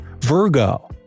Virgo